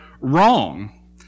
wrong